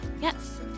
Yes